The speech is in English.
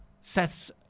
Seth's